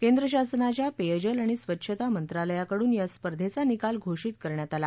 केंद्र शासनाच्या पेयजल आणि स्वच्छता मंत्रालयाकडून या स्पर्धेचा निकाल घोषित करण्यात आला